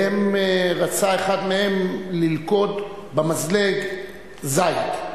רצה אחד ללכוד במזלג זית,